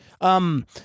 um-